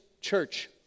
church